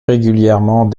régulièrement